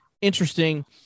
interesting